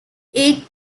eight